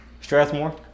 Strathmore